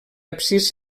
absis